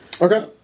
Okay